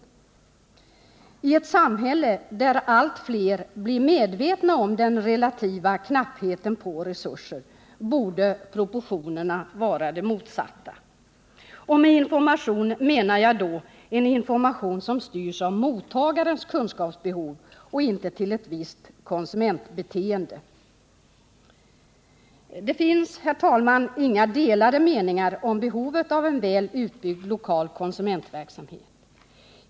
I ett samhälle där allt fler blir medvetna om den relativa knappheten på resurser, borde proportionerna vara de motsatta. Med information menar jag då en information som styrs av mottagarens kunskapsbehov och inte till ett visst konsumentbeteende. Det finns, herr talman, inga delade meningar om behovet av en väl utbyggd lokal konsumentverksamhet.